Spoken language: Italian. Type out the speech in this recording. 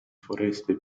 foreste